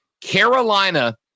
Carolina